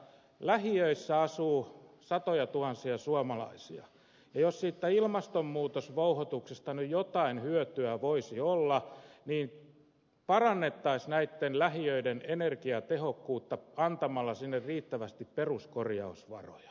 lähiöissä asuu satojatuhansia suomalaisia ja jos siitä ilmastonmuutosvouhotuksesta nyt jotain hyötyä voisi olla niin parannettaisiin näitten lähiöiden energiatehokkuutta antamalla sinne riittävästi peruskorjausvaroja